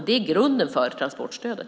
Det är grunden för transportstödet.